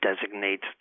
designates